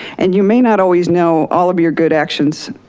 and you may not always know all of your good actions,